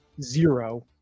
zero